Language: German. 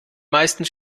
meisten